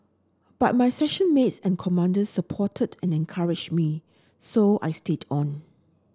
but my section mates and commanders supported and encouraged me so I stayed on